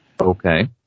Okay